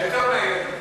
יותר מהילדים.